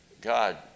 God